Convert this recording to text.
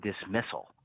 dismissal